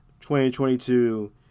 2022